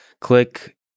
Click